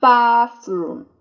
Bathroom